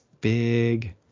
big